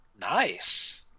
Nice